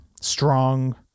strong